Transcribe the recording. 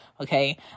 Okay